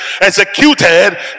executed